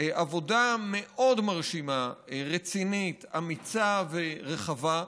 עבודה מאוד מרשימה, רצינית, אמיצה ורחבה.